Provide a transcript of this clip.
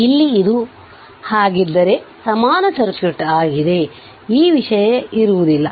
ಇಲ್ಲಿ ಇದು ಹಾಗಿದ್ದರೆ ಸಮಾನ ಸರ್ಕ್ಯೂಟ್ ಆಗಿದ್ದರೆ ಈ ವಿಷಯ ಇರುವುದಿಲ್ಲ